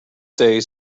days